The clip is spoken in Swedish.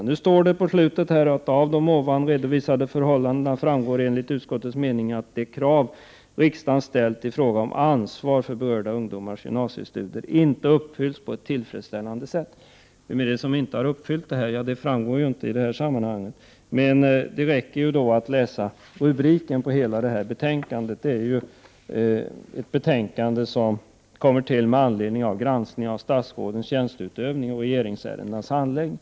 I slutet av utskottets skrivning på denna punkt står det: ”Av de ovan redovisade förhållandena framgår enligt utskottets mening att det krav riksdagen ställt i fråga om ansvar för berörda ungdomars gymnasiestudier inte uppfyllts på ett tillfredsställande sätt.” Vem är det som inte har uppfyllt ställda krav? Ja, det framgår inte här. Men det räcker att läsa rubriken på betänkandet — ”Granskningsbetänkande”. Det är ju ett betänkande som har kommit till med anledning av granskningen av statsrådens tjänsteutövning och regeringsärendenas handläggning.